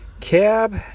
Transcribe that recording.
Cab